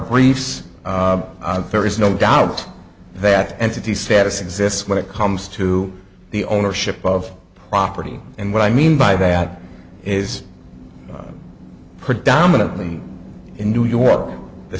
briefs there is no doubt that entity status exists when it comes to the ownership of property and what i mean by that is predominantly in new york the